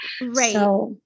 Right